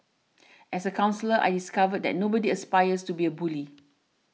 as a counsellor I discovered that nobody aspires to be a bully